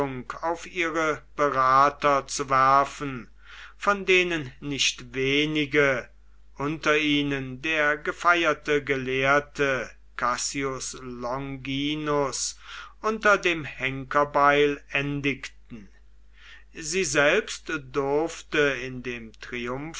auf ihre berater zu werfen von denen nicht wenige unter ihnen der gefeierte gelehrte cassius longinus unter dem henkerbeil endigten sie selbst durfte in dem